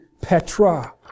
Petra